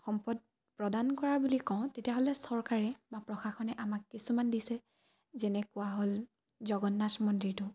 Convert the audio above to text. সম্পদ প্ৰদান কৰা বুলি কওঁ তেতিয়াহ'লে চৰকাৰে বা প্ৰশাসনে আমাক কিছুমান দিছে যেনেকুৱা হ'ল জগন্নাথ মন্দিৰটো